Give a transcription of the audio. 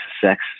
sex